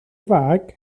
fag